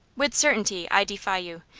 with certainty. i defy you.